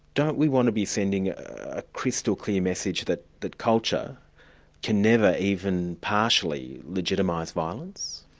don't we want to be sending a crystal clear message that that culture can never even partially legitimise violence?